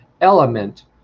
element